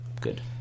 Good